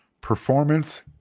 performance